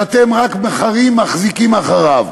ואתם רק מחרים מחזיקים אחריו.